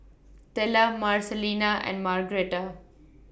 Tella Marcelina and Margretta